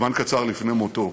זמן קצר לפני מותו,